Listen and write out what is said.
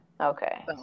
okay